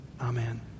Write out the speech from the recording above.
Amen